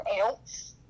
else